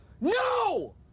no